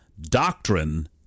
Doctrine